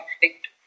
conflict